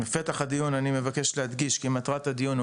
בפתח הדיון אני מבקש להדגיש כי מטרת הדיון היא